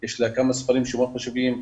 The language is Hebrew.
יש לה כמה ספרים מאוד חשובים,